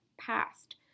past